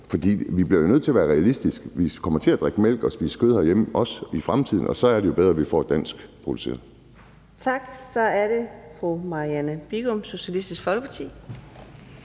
for vi bliver jo nødt til at være realistiske. Vi kommer til at drikke mælk og spise kød herhjemme også i fremtiden, og så er det jo bedre, at vi får noget danskproduceret Kl. 10:14 Fjerde næstformand (Karina Adsbøl): Så er det fru Marianne Bigum, Socialistisk Folkeparti.